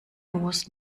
was